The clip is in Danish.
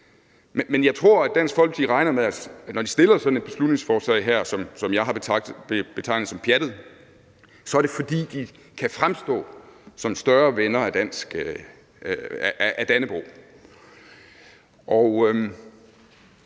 Men jeg tror, at når Dansk Folkeparti fremsætter sådan et beslutningsforslag, som jeg har betegnet som pjattet, så er det, fordi de regner med, at de kan fremstå som større venner af Dannebrog.